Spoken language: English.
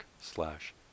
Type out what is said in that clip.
slash